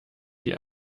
die